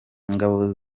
ingabo